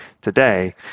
today